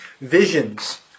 visions